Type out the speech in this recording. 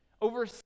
over